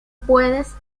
puedes